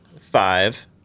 five